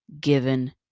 given